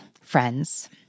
friends